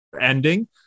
ending